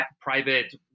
private